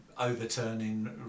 overturning